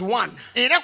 one